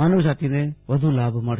માનવજાતિને વધને વધ લાભ મળશે